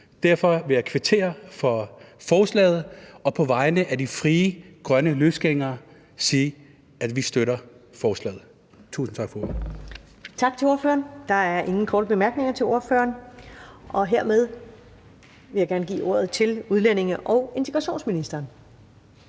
Derfor vil jeg kvittere for forslaget og på vegne af de frie grønne løsgængere sige, at vi støtter forslaget. Tusind tak for ordet. Kl. 13:58 Første næstformand (Karen Ellemann): Tak til ordføreren. Der er ingen korte bemærkninger til ordføreren. Hermed vil jeg gerne give ordet til udlændinge- og integrationsministeren.